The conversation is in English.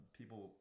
People